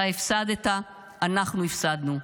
אתה הפסדת, אנחנו הפסדנו.